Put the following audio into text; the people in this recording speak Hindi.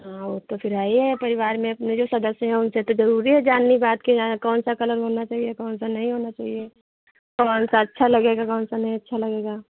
हाँ वो तो फिर वही है परिवार में जो अपने सदस्य हैं उनसे तो जरूरी है जानने बात के कौन सा कलर होना चहिए कौन सा नहीं होना चाहिए कौन सा अच्छा लगेगा कौन सा नहीं अच्छा लगेगा